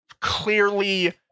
clearly